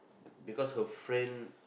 because her friend